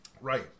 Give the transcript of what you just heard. Right